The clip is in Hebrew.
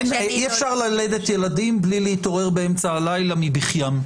אי-אפשר ללדת ילדים בלי להתעורר באמצע הלילה מבכיים.